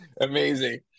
amazing